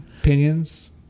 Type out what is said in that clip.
Opinions